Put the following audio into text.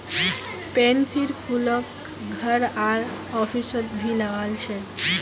पैन्सीर फूलक घर आर ऑफिसत भी लगा छे